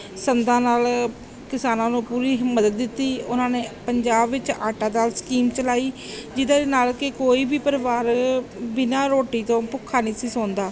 ਸੰਦਾਂ ਨਾਲ ਕਿਸਾਨਾਂ ਨੂੰ ਪੂਰੀ ਹੀ ਮਦਦ ਦਿੱਤੀ ਉਹਨਾਂ ਨੇ ਪੰਜਾਬ ਵਿੱਚ ਆਟਾ ਦਾਲ ਸਕੀਮ ਚਲਾਈ ਜਿਹਦੇ ਨਾਲ ਕਿ ਕੋਈ ਵੀ ਪਰਿਵਾਰ ਬਿਨਾਂ ਰੋਟੀ ਤੋਂ ਭੁੱਖਾ ਨਹੀਂ ਸੀ ਸੌਂਦਾ